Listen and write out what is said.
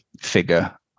figure